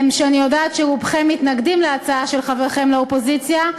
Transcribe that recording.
שאני יודעת שרובכם מתנגדים להצעה של חברכם לאופוזיציה,